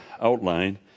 outline